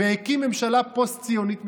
והקים ממשלה פוסט-ציונית מסוכנת.